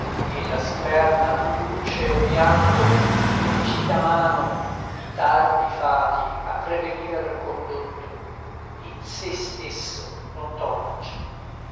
e la superna luce odiando l'omicida mano i tardi fati a prevenir condotto in se stesso non torce